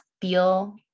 feel